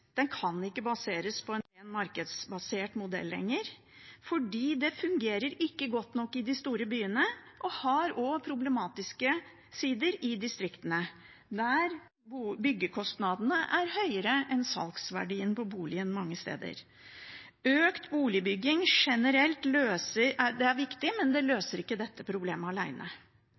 Den kan ikke baseres på en ren markedsbasert modell lenger. Det fungerer ikke godt nok i de store byene og har også problematiske sider i distriktene, der byggekostnadene er høyere enn salgsverdien på boligen mange steder. Økt boligbygging generelt er viktig, men det løser ikke dette problemet